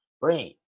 brain